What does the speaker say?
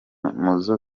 muzo